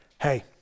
hey